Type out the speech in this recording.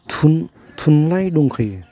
थुनलाइ दंखायो